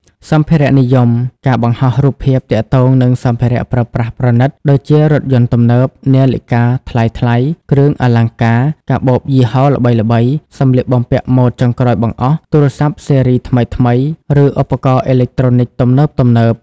សម្ភារៈនិយមគឺ ការបង្ហោះរូបភាពទាក់ទងនឹងសម្ភារៈប្រើប្រាស់ប្រណីតដូចជារថយន្តទំនើប នាឡិកាថ្លៃៗ គ្រឿងអលង្ការ កាបូបយីហោល្បីៗ សម្លៀកបំពាក់ម៉ូដចុងក្រោយបង្អស់ ទូរស័ព្ទស៊េរីថ្មីៗ ឬឧបករណ៍អេឡិចត្រូនិចទំនើបៗ។